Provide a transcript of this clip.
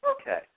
Okay